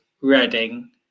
Reading